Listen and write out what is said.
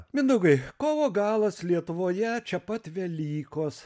mindaugai kovo galas lietuvoje čia pat velykos